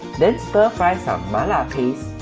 then stir fry some mala paste